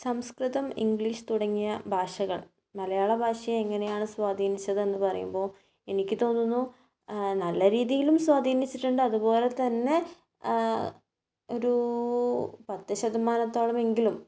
സംസ്കൃതം English തുടങ്ങിയ ഭാഷകൾ മലയാള ഭാഷയെ എങ്ങനെയാണ് സ്വാധീനിച്ചത് എന്ന് പറയുമ്പോൾ എനിക്ക് തോന്നുന്നു നല്ല രീതിയിലും സ്വാധീനിച്ചിട്ടുണ്ട് അതുപോലെ തന്നെ ഒരു പത്ത് ശതമാനത്തോളം എങ്കിലും